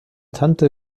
tante